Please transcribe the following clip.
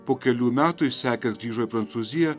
po kelių metų išsekęs grįžo į prancūziją